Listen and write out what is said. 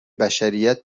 بشریت